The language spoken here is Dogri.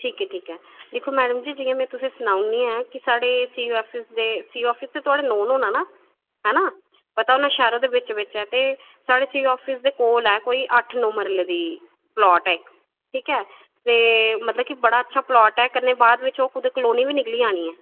ठीक ऐ ठीक ऐ मैडम जी जियां में तुसेंगी सनानी आं की सीईओ ऑफिस दे सीईओ ऑफिस ते थुआढ़े नाऊन होना ना ऐ ना पता ना ओह् शैह्रा दे बिचो बिच ऐ ते सीईओ ऑफिस कोल ऐ कोई अट्ठ नौ मरले दी प्लॉट ऐ इक्क ठीक ऐ ते मतलब बड़ा अच्छा प्लॉट ऐ ते मतलब बाद च ओह् कुदै कॉलोनी बी निकली जानी ऐ